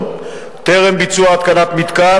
אנחנו אומרים: מחירי הדירות עולים,